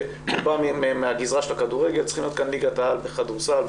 בא מהגזרה של הכדורגל צריכים להיות כאן ליגת העל בכדורסל,